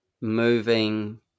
moving